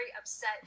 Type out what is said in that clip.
upset